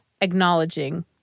acknowledging